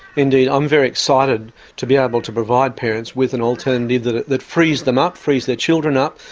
indeed, i'm very excited to be able to provide parents with an alternative that that frees them up, frees their children up,